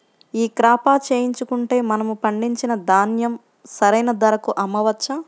ఈ క్రాప చేయించుకుంటే మనము పండించిన ధాన్యం సరైన ధరకు అమ్మవచ్చా?